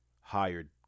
hired